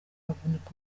avunika